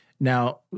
Now